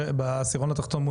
בעשירון התחתון מול מי?